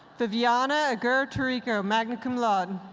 viviana aguirre-torrico, magna cum laude.